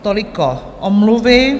Toliko omluvy.